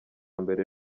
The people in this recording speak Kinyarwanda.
mbere